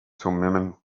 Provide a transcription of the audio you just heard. thummim